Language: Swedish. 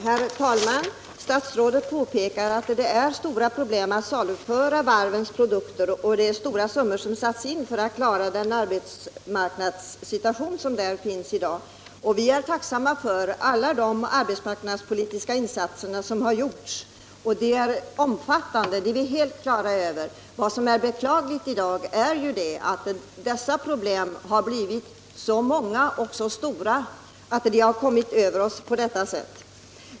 Herr talman! Arbetsmarknadsministern påpekade att det är stora problem med att saluföra varvens produkter och att stora summor har satsats på att klara varvens arbetssituation i dag. Ja, vi är tacksamma för alla de arbetsmarknadspolitiska insatser som där har gjorts, och vi är helt på det klara med att de är omfattande. Vad som är så beklagligt är att problemen har blivit så många och så stora att vi har hamnat i dagens situation.